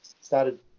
started